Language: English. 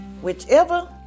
Whichever